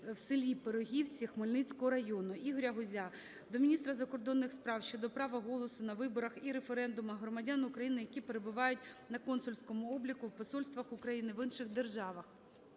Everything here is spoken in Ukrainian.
в селі Пирогівці Хмельницького району. Ігоря Гузя до міністра закордонних справ щодо права голосу на виборах і референдумах громадян України, які перебувають на консульському обліку у посольствах України в інших державах.